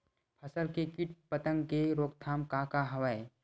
फसल के कीट पतंग के रोकथाम का का हवय?